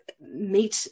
meet